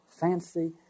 fancy